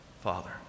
Father